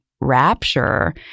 rapture